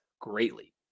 greatly